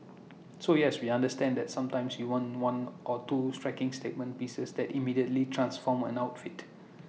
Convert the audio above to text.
so yes we understand that sometimes you want one or two striking statement pieces that immediately transform an outfit